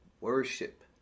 worship